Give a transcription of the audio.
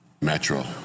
Metro